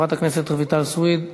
חברת הכנסת רויטל סויד,